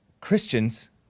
Christians